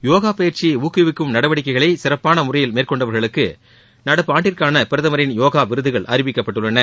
யோகா பயிற்சியை ஊக்குவிக்கும் நடவடிக்கைகளை சிறப்பான முறையில் மேற்கொண்டவர்களுக்கு நடப்பாண்டிற்கான பிரதமரின் யோகா விருதுகள் அறிவிக்கப்பட்டுள்ளன